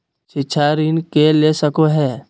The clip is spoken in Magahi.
शिक्षा ऋण के ले सको है?